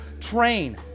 Train